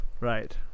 Right